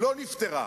לא נפתרה,